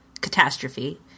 catastrophe